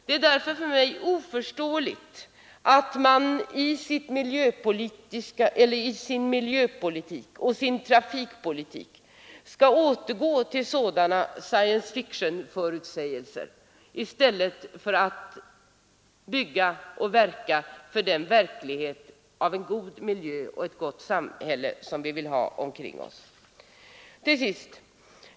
Det är därför för mig oförståeligt att reservanterna i sin miljöpolitik och sin trafikpolitik återgår till sådana science-fictionförutsägelser i stället för att i vår verklighet bygga och verka för den goda miljö och det goda samhälle som vi vill ha omkring oss.